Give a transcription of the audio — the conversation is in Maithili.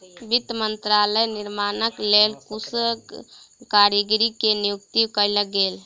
वित्त मंत्रालयक निर्माणक लेल कुशल कारीगर के नियुक्ति कयल गेल